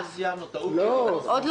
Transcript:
לא.